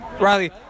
Riley